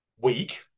week